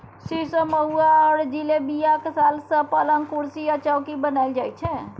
सीशो, महुआ आ जिलेबियाक साल सँ पलंग, कुरसी आ चौकी बनाएल जाइ छै